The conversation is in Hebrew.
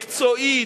מקצועית,